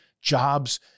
jobs